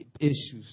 issues